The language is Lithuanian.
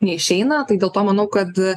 neišeina tai dėl to manau kad